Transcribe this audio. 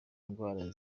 indwara